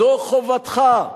זו חובתך.